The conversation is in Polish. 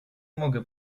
mogę